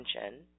attention